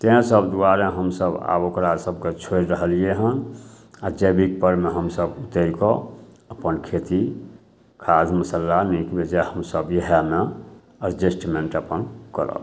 ताहिसब दुआरे हमसभ आब ओकरासभके छोड़ि रहलिए हँ आओर जैविकपरमे हमसभ उतरिकऽ अपन खेती खाद मसल्ला नीक बेजाए हमसभ इएहमे एडजेस्टमेन्ट अपन करब